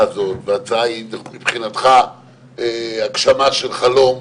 הזאת וההצעה מבחינתך היא הגשמה של חלום,